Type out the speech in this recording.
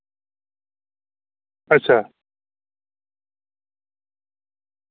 अच्छा